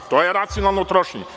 To je racionalno trošenje.